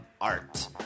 art